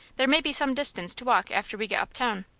there may be some distance to walk after we get uptown.